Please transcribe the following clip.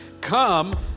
come